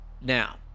Now